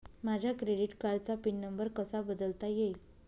माझ्या क्रेडिट कार्डचा PIN number कसा बदलता येईल?